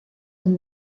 amb